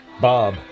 Bob